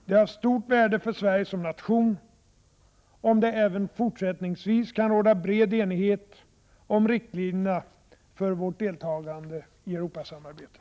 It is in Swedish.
Det är av stort värde för Sverige som nation om det även fortsättningsvis kan råda bred enighet om riktlinjerna för vårt deltagande i Europasamarbetet.